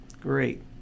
Great